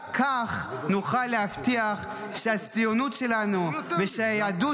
רק כך נוכל להבטיח שהציונות שלנו ושהיהדות